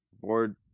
board